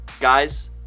guys